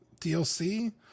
DLC